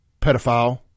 pedophile